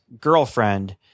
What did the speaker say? girlfriend